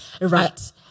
Right